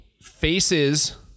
faces